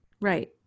Right